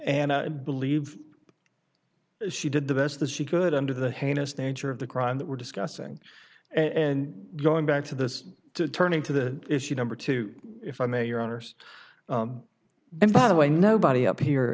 and i believe she did the best that she could under the heinous nature of the crime that we're discussing and going back to this turning to the issue number two if i may your honour's and part of why nobody up here